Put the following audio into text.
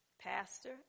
pastor